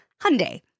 Hyundai